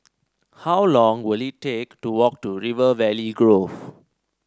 how long will it take to walk to River Valley Grove